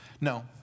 No